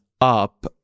up